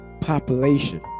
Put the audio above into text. Population